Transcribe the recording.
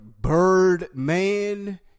Birdman